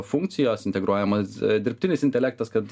funkcijos integruojamas dirbtinis intelektas kad